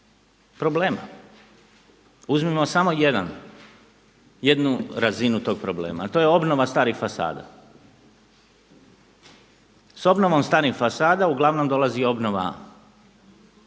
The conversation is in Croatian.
Uzmimo samo jednu razinu tog problema, a to je obnova starih fasada. S obnovom starih fasada uglavnom dolazi i obnova krovnih vijenaca